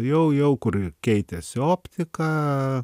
jau jau kur keitėsi optika